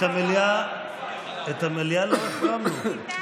את המליאה לא החרמנו.